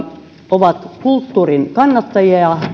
ovat kulttuurin kannattajia